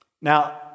Now